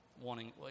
wanting